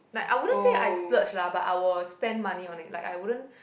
like I wouldn't say I splurge lah but I will spend money on it like I wouldn't